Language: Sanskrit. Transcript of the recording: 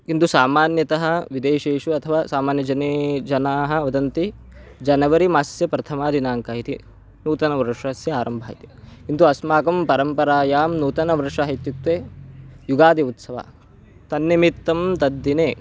किन्तु सामान्यतः विदेशेषु अथवा सामान्यजनाः जनाः वदन्ति जनवरि मासस्य प्रथमदिनाङ्कः इति नूतनवर्षस्य आरम्भं इति किन्तु अस्माकं परम्परायां नूतनवर्षः इत्युक्ते युदागि उत्सवः तन्निमित्तं तद्दिने